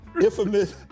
infamous